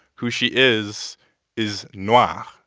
who she is is noire. ah